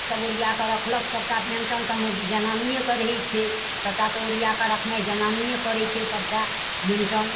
सभ ओरिया कऽ रखलक सभटा मेन्टन तऽ मौगी जनानियेके रहै छै सभटा तऽ ओरियाकऽ रखनाइ जनानिये करै छै सभटा मेन्टन